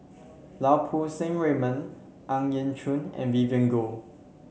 Lau Poo Seng Raymond Ang Yau Choon and Vivien Goh